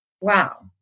wow